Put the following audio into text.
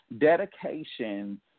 Dedication